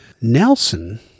Nelson